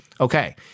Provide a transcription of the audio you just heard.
Okay